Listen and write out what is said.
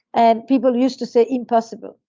and people used to say, impossible.